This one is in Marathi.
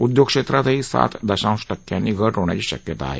उद्योग क्षेत्रातही सात दशांश टक्क्यानी घट होण्याची शक्यता आहे